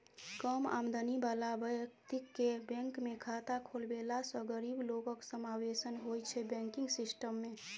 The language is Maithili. कम आमदनी बला बेकतीकेँ बैंकमे खाता खोलबेलासँ गरीब लोकक समाबेशन होइ छै बैंकिंग सिस्टम मे